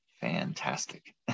fantastic